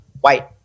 white